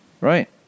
Right